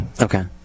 Okay